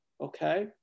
okay